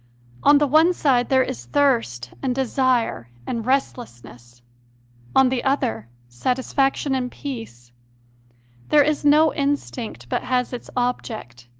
on the one side there is thirst and desire and restless ness on the other, satisfaction and peace there is no instinct but has its object,